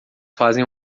fazem